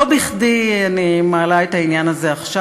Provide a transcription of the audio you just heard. לא בכדי אני מעלה את העניין הזה עכשיו.